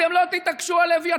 אתם לא תתעקשו על אביתר,